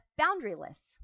boundaryless